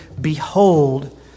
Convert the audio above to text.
behold